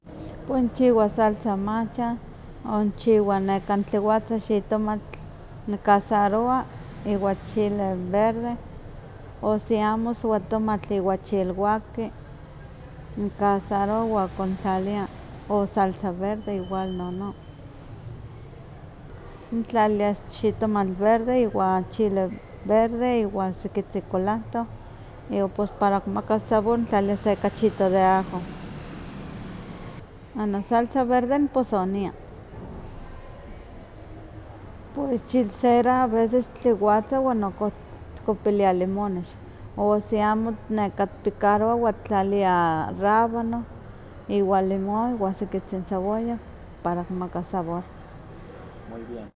Pues nchiwa salsa macha, o nchiwa nekan tliwatza n xitomatl, nikasarowa iwa chile verde, o si amo iswatomatl iwa chilwaki, nkasarowa nkontlali, iwa salsa verde igual nono. Ntlalilia xitomatl verde, iwa chile verde, iwa sekitzi kulantoh, iwa pus para kimaka sabor ntlalia se kachitoh de ajo. Bueno salsa verde nposonia. Puro chile cera a veces tiktliwatza iwan tikopiliah limonex, o si amo neka tikpikarowa wan tik tlaliliah rábano iwa limón iwa sekitzin cebolla para kimaka sabor.